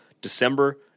December